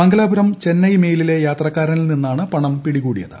മംഗലാപുരം ചെന്നൈ മെയിലിലിലെ യാത്രക്കാരനിൽ നിന്നാണ് പണം പിടികൂടിയത്